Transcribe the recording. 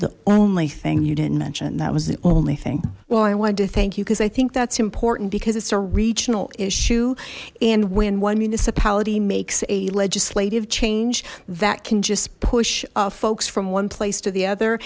the only thing you didn't mention that was the only thing well i wanted to thank you because i think that's important because it's a regional issue and when one municipality makes a legislative change that can just push folks from one place to the other